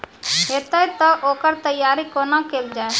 हेतै तअ ओकर तैयारी कुना केल जाय?